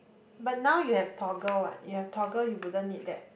but now you have toggle what you have toggle you wouldn't need that